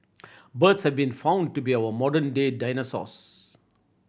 birds have been found to be our modern day dinosaurs